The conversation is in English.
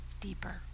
deeper